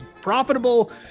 profitable